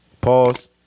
Pause